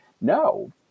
No